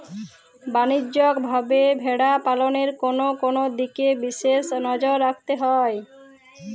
বাণিজ্যিকভাবে ভেড়া পালনে কোন কোন দিকে বিশেষ নজর রাখতে হয়?